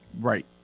Right